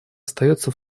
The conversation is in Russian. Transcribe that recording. остается